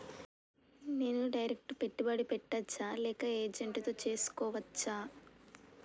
నేను డైరెక్ట్ పెట్టుబడి పెట్టచ్చా లేక ఏజెంట్ తో చేస్కోవచ్చా?